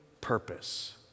purpose